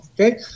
Okay